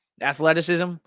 athleticism